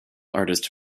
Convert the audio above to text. artist